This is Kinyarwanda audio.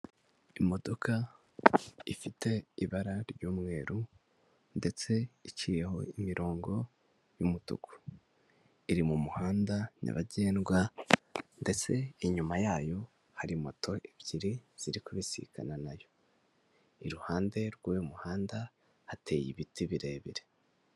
Imodoka ifite ibara ry'umweru ndetse iciyeho imirongo y'umutuku. Iri mu muhanda nyabagendwa ndetse inyuma yayo hari moto ebyiri ziri kubisikana na yo. Iruhande rw'uyu muhanda hateye ibiti birebire.